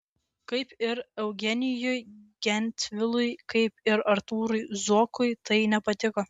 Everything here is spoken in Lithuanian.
kaip ir eugenijui gentvilui kaip ir artūrui zuokui tai nepatiko